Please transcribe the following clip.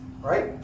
right